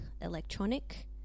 electronic